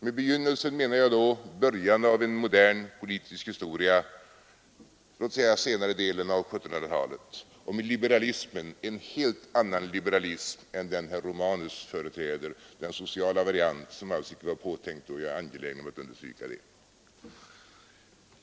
Med begynnelsen menar jag då början av en modern politisk historia — låt oss säga senare delen av 1700-talet — och med liberalismen en helt annan liberalism än den herr Romanus företräder — den sociala varianten var alls icke påtänkt; jag är angelägen om att understryka det.